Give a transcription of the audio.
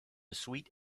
suite